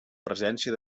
presència